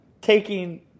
taking –